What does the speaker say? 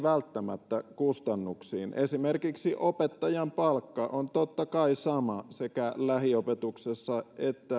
ei välttämättä kustannuksiin esimerkiksi opettajan palkka on totta kai sama sekä lähiopetuksessa